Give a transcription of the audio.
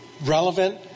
relevant